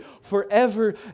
forever